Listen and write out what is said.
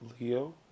Leo